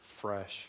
fresh